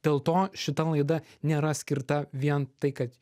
dėl to šita laida nėra skirta vien tai kad